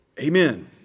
Amen